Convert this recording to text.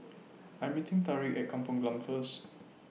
I Am meeting Tarik At Kampung Glam First